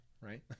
Right